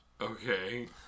Okay